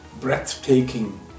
breathtaking